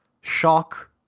shock